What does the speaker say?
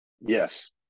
yes